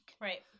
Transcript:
Right